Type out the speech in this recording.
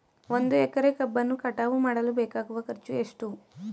ಒಂದು ಎಕರೆ ಕಬ್ಬನ್ನು ಕಟಾವು ಮಾಡಲು ಬೇಕಾಗುವ ಖರ್ಚು ಎಷ್ಟು?